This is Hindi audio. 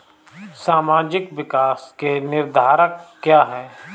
सामाजिक विकास के निर्धारक क्या है?